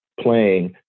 playing